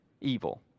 evil